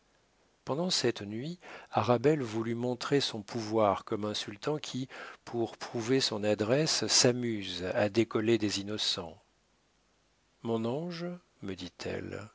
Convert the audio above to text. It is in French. pendant cette nuit arabelle voulut montrer son pouvoir comme un sultan qui pour prouver son adresse s'amuse à décoller des innocents mon ange me dit-elle